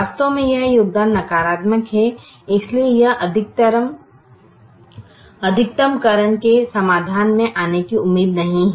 वास्तव में यह योगदान नकारात्मक है इसलिए यह अधिकतमकरण के समाधान में आने की उम्मीद नहीं है